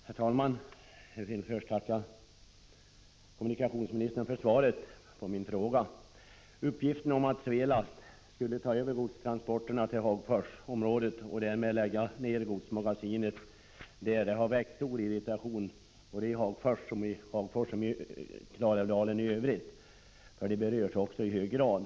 Herr talman! Jag vill först tacka kommunikationsministern för svaret på min fråga. Uppgiften om att Svelast skulle ta över godstrafiken till Hagforsområdet och godsmagasinet därmed läggas ned har väckt stor irritation både i Hagfors och i Klarälvdalen i övrigt — också människor där berörs i hög grad.